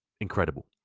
incredible